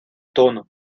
tono